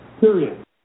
Period